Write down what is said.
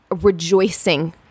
rejoicing